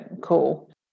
cool